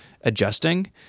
adjusting